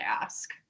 ask